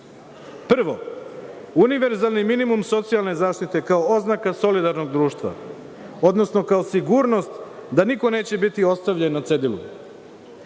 Prvo univerzalni minimum socijalne zaštite kao oznaka solidarnog društva, odnosno kao sigurnost da niko neće biti ostavljen na cedilu. Drugo,